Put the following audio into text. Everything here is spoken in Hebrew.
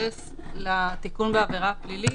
אתייחס לתיקון בעבירה הפלילית.